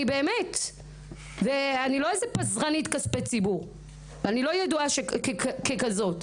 אני לא איזה פזרנית כספי ציבור ואני לא ידועה ככזו,